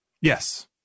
Yes